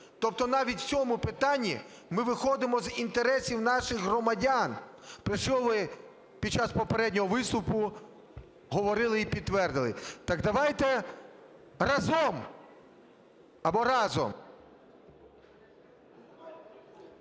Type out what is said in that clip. Тобто навіть в цьому питанні ми виходимо з інтересів наших громадян, про що ви під час попереднього вступу говорили і підтвердили. Так давайте разОм або рАзом…